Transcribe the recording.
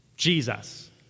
Jesus